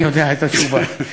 יודע את התשובה.